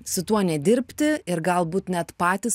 su tuo nedirbti ir galbūt net patys